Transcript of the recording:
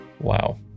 Wow